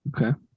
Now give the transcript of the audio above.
Okay